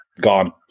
gone